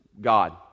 God